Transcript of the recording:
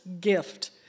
gift